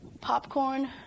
popcorn